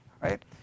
right